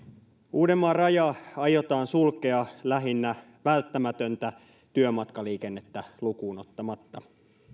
uudenmaan raja aiotaan sulkea lähinnä välttämätöntä työmatkaliikennettä lukuun ottamatta